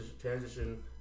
transition